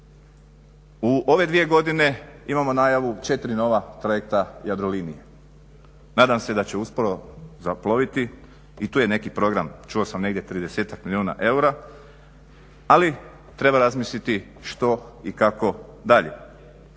U ove dvije godine imamo najavu 4 nova trajekta Jadrolinije. Nadam se da će uskoro zaploviti i tu je neki program čuo sam 30-ak milijuna eura ali treba razmisliti što i kako dalje.